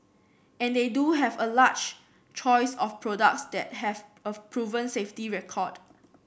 and they do have a large choice of products that have a proven safety record